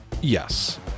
Yes